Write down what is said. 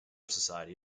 society